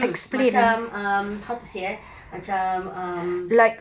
um macam um how to say eh macam um